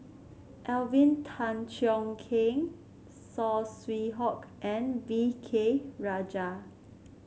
Alvin Tan Cheong Kheng Saw Swee Hock and V K Rajah